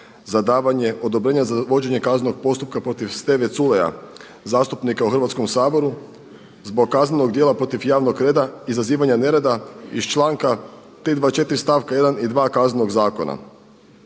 za davanje odobrenje za vođenje kaznenog postupka protiv Steve Culeja zastupnika u Hrvatskom saboru zbog kaznenog djela protiv javnog reda, izazivanja nereda iz članka 324. stavka 1. i 2. Kaznenog zakona.